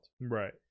Right